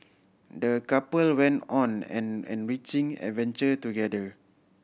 the couple went on an enriching adventure together